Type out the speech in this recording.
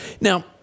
Now